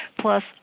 Plus